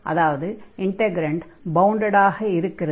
அதாவது இன்டக்ரன்ட் பவுண்டடாக இருக்கிறது